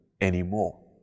anymore